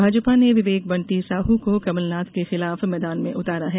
भाजपा ने विवेक बंटी साह को कमलनाथ के खिलाफ मैदान में उतारा है